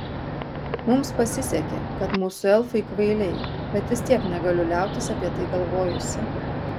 mums pasisekė kad mūsų elfai kvailiai bet vis tiek negaliu liautis apie tai galvojusi